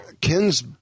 Ken's